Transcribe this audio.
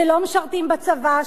שלא משרתים בצבא,